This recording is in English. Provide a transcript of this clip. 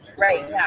Right